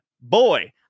Boy